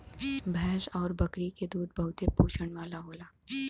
भैंस आउर बकरी के दूध बहुते पोषण वाला होला